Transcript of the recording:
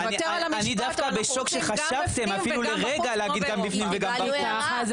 נוותר - אנו רוצים גם בפנים וגם בחוץ כמו באירופה.